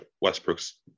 Westbrook's